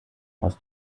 aus